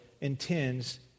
intends